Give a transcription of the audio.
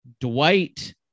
Dwight